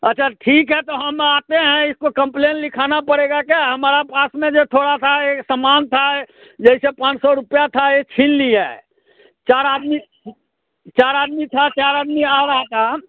अच्छा ठीक है तो हम आते हैं इसको कम्पलेन लिखाना पड़ेगा क्या हमारा पास में जो है थोड़ा सा यह समान था जैसे पाँच सौ रुपया था यह छीन लिया है चार आदमी चार आदमी था चार आदमी आ रहा था